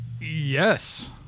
Yes